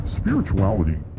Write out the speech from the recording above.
spirituality